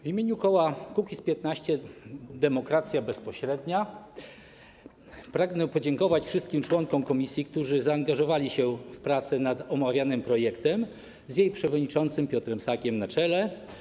W imieniu Koła Poselskiego Kukiz’15 - Demokracja Bezpośrednia pragnę podziękować wszystkim członkom komisji, którzy zaangażowali się w pracę nad omawianym projektem, z jej przewodniczącym Piotrem Sakiem na czele.